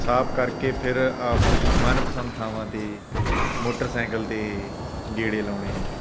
ਸਾਫ ਕਰਕੇ ਫਿਰ ਆਪਦੀ ਮਨ ਪਸੰਦ ਥਾਵਾਂ 'ਤੇ ਮੋਟਰਸਾਈਕਲ ਦੇ ਗੇੜੇ ਲਾਉਣੇ